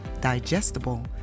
digestible